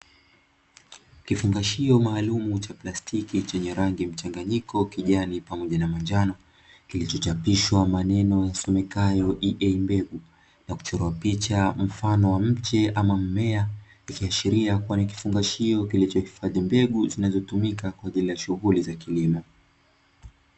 Kifungashio maalumu cha plastiki chenye rangi mchanganyiko kijani, pamoja na manjano, kilicho chapishwa maneno yasomekayo “EA” mbegu na kuchorwa picha mfano wa mche ama mmea, ikiashiria kuwa ni kifungashio kilicho hifadhi mbegu zinazo tumika kwa ajili ya shughuli za kilimo.